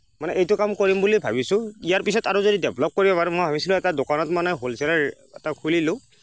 মানে এইটো কাম কৰিম বুলি ভাবিছোঁ ইয়াৰ পিছত যদি আৰু ডেভলপ কৰিব পাৰোঁ মই ভাবিছিলোঁ এটা দোকানত মানে হ'লছেলাৰ এটা খুলিলোঁ